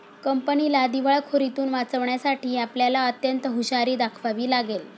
कंपनीला दिवाळखोरीतुन वाचवण्यासाठी आपल्याला अत्यंत हुशारी दाखवावी लागेल